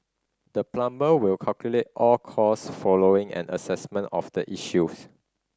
the plumber will calculate all cost following an assessment of the issues